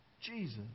Jesus